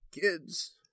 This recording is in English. kids